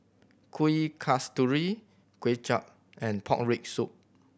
Kuih Kasturi Kway Chap and pork rib soup